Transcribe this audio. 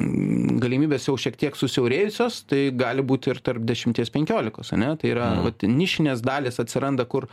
galimybės jau šiek tiek susiaurėjusios tai gali būt ir tarp dešimties penkiolikos ane tai yra vat nišinės dalys atsiranda kur